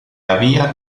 había